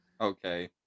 Okay